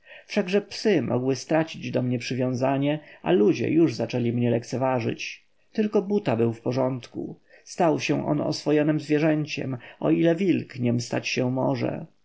wszakże psy mogły stracić do mnie przywiązanie a ludzie już zaczęli mnie lekceważyć tylko buta był w porządku stał on się oswojonem zwierzęciem o ile wilk niem stać się może